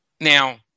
Now